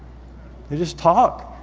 they just talk.